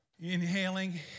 inhaling